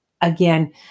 again